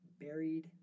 buried